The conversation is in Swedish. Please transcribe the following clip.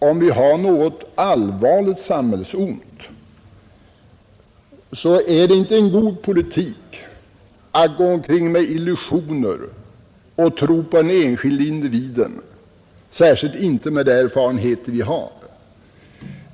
Om vi har något allvarligt samhällsont, är det enligt min mening inte en god politik att ha några illusioner och tro på den enskilda individen, särskilt inte med de erfarenheter som vi har gjort.